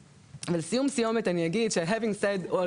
ולסיום סיומת אני אגיד having said all